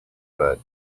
but